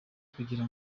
kugira